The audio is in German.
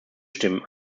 stimmen